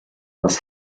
das